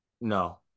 No